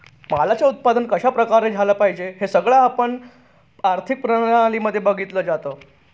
मालाच उत्पादन कशा प्रकारे झालं पाहिजे हे सगळं पण आर्थिक प्रणाली मध्ये बघितलं जातं